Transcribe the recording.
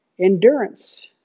endurance